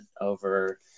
over